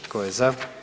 Tko je za?